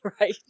Right